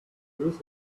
lose